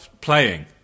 playing